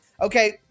Okay